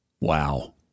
Wow